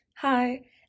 Hi